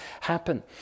happen